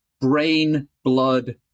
brain-blood